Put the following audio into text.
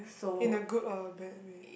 in a good or a bad way